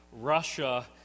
Russia